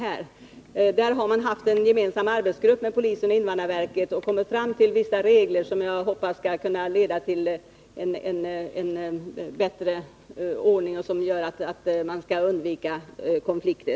Här har en gemensam arbetsgrupp med representanter från polisen och invandrarverket kommit fram till vissa regler, som jag hoppas skall kunna leda till en bättre ordning, så att man kan undvika konflikter.